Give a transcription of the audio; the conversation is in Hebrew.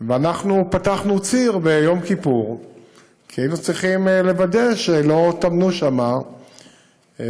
ואנחנו פתחנו ציר ביום כיפור כי היינו צריכים לוודא שלא טמנו שם מוקשים,